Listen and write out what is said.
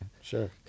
Sure